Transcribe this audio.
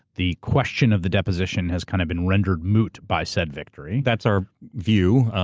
the question of the deposition has kind of been rendered moot by said victory. that's our view.